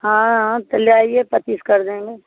हाँ हाँ पहले आइए पच्चीस कर देंगे